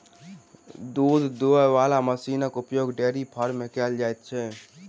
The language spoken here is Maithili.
दूध दूहय बला मशीनक उपयोग डेयरी फार्म मे कयल जाइत छै